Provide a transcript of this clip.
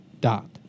dot